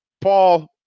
Paul